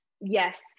Yes